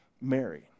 Mary